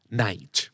night